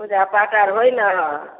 पूजा पाठ आर होयत ने